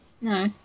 No